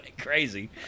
Crazy